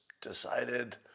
decided